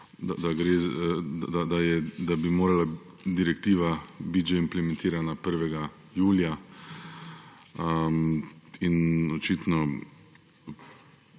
da bi morala direktiva biti že implementirana 1. julija in ta